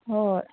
ꯍꯣꯏ